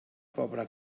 pobra